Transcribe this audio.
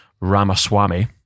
Ramaswamy